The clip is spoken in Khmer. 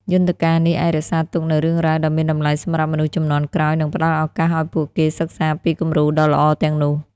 យន្តការនេះអាចរក្សាទុកនូវរឿងរ៉ាវដ៏មានតម្លៃសម្រាប់មនុស្សជំនាន់ក្រោយ និងផ្តល់ឱកាសឲ្យពួកគេសិក្សាពីគំរូដ៏ល្អទាំងនោះ។